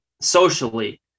socially